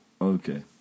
okay